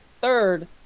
third